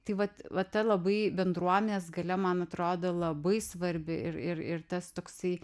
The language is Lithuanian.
tai vat va ta labai bendruomenės galia man atrodo labai svarbi ir ir ir tas toksai